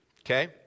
okay